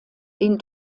den